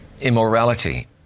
immorality